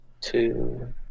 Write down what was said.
Two